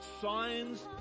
Signs